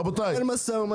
רבותיי.